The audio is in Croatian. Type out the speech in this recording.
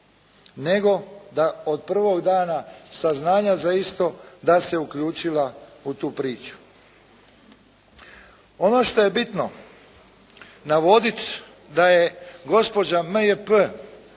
nego da od prvog dana saznanja za isto da se uključila u tu priču. Ono što je bitno navoditi da je gospođa M.J.P.